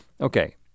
Okay